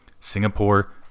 Singapore